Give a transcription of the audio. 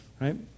right